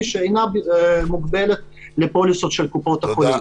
שאינה מוגבלת לפוליסות של קופות החולים.